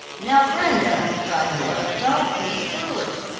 now, brenda, cried nora, don't be foolish.